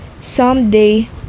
someday